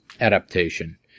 adaptation